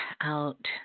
out